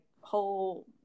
whole